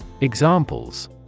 Examples